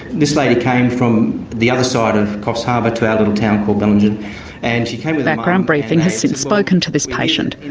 this lady came from the other side of coffs harbour to our little town called bellingen and background briefing has since spoken to this patient.